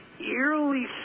eerily